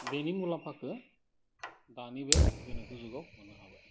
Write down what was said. बेनि मुलाम्फाखौ दानिबो गोनोखो जुगाव मोननो हाबाय